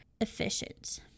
efficient